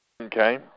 Okay